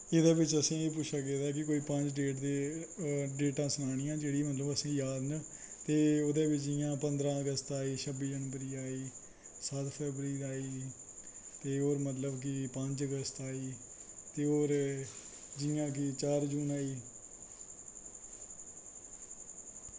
एह्दै च असेंगी एह् पुच्छे गेदा ऐ कि पंज डेटां सनानियां जेह्ड़ियां मतलब असेंगी याद न ते ओह्दै बिच्च जि'यां पंदरां अगस्त आई छब्बी जनबरी आई ते होर मतलब कि पंज अगस्त आई ते होर जि'यां कि चार जून आई